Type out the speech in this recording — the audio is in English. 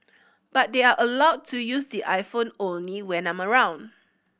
but they are allowed to use the iPhone only when I'm around